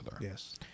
Yes